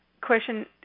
question